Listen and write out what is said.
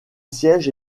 siège